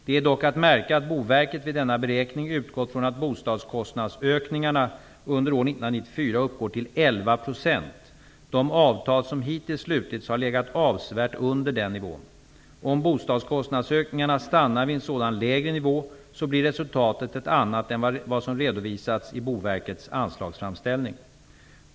Det är dock att märka att Boverket vid denna beräkning utgått från att bostadskostnadsökningarna under år 1994 uppgår till 11 %. De avtal som hittills slutits har legat avsevärt under den nivån. Om bostadskostnadsökningarna stannar vid en sådan lägre nivå blir resultatet ett annat än vad som redovisas i Boverkets anslagsframställning.